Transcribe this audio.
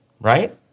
Right